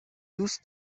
دوست